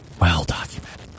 Well-documented